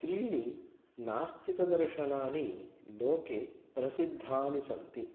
त्रीणि नास्तिकदर्शनानि लोके प्रसिद्धानि सन्ति